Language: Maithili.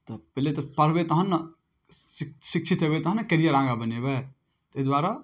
तऽ पहिले तऽ पढ़बै तखन ने शि शिक्षित हेबै तखन ने कैरियर आगाँ बनेबै ताहि दुआरे